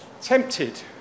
tempted